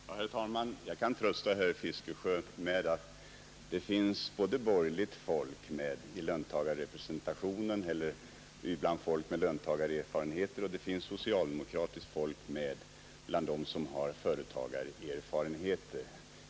Herr talman! Jag kan trösta herr Fiskesjö med att det finns både borgerligt folk med bland dem som har löntagarerfarenheter och socialdemokratiskt folk med bland dem som har företagarerfarenheter.